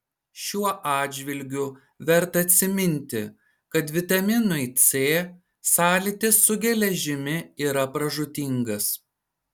šiuo atžvilgiu verta atsiminti kad vitaminui c sąlytis su geležimi yra pražūtingas